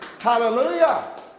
Hallelujah